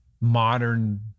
modern